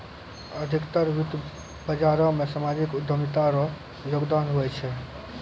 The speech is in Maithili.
अधिकतर वित्त बाजारो मे सामाजिक उद्यमिता रो योगदान हुवै छै